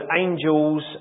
angels